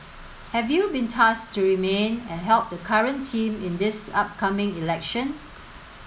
have you been tasked to remain and help the current team in this upcoming election